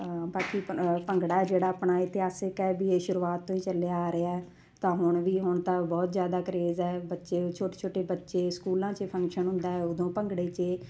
ਤਾਂ ਬਾਕੀ ਭੰਗੜਾ ਜਿਹੜਾ ਆਪਣਾ ਇਤਿਹਾਸਿਕ ਹੈ ਵੀ ਇਹ ਸ਼ੁਰੂਆਤ ਤੋਂ ਹੀ ਚੱਲਿਆ ਆ ਰਿਹਾ ਤਾਂ ਹੁਣ ਵੀ ਹੁਣ ਤਾਂ ਬਹੁਤ ਜ਼ਿਆਦਾ ਕਰੇਜ਼ ਹੈ ਬੱਚੇ ਛੋਟੇ ਛੋਟੇ ਬੱਚੇ ਸਕੂਲਾਂ 'ਚ ਫੰਕਸ਼ਨ ਹੁੰਦਾ ਉਦੋਂ ਭੰਗੜੇ 'ਚ